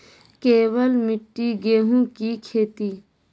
केवल मिट्टी गेहूँ की खेती?